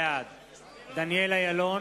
בעד דניאל אילון,